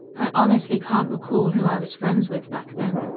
i honestly can't recall who i was friends with back then.